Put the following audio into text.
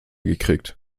gekriegt